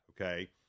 okay